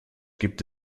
gibt